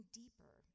deeper